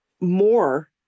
more